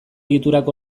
egiturak